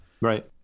Right